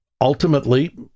Ultimately